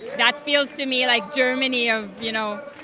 that feels to me like germany of, you know,